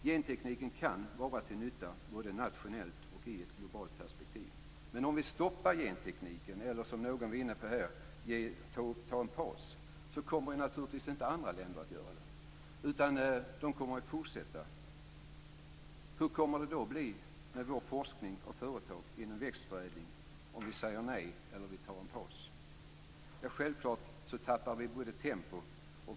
Gentekniken kan vara till nytta både nationellt och i ett globalt perspektiv. Men om vi stoppar gentekniken eller, som någon var inne på, tar en paus, kommer naturligtvis inte andra länder att göra det. De kommer att fortsätta. Hur kommer det att bli med vår forskning och våra företag inom växtförädling om vi säger nej eller tar en paus? Självklart tappar vi tempo.